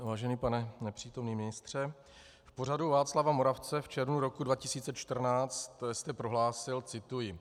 Vážený pane nepřítomný ministře, v pořadu Václava Moravce v červnu roku 2014 jste prohlásil cituji: